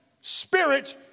spirit